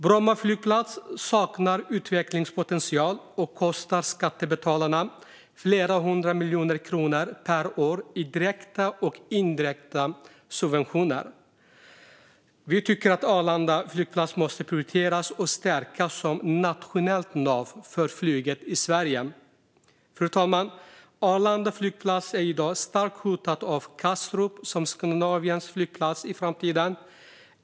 Bromma flygplats saknar utvecklingspotential och kostar skattebetalarna flera hundra miljoner kronor per år i direkta och indirekta subventioner. Vi tycker att Arlanda flygplats måste prioriteras och stärkas som nationellt nav för flyget i Sverige. Fru talman! Arlanda flygplats är i dag starkt hotat av Kastrup som Skandinaviens framtida flygplats.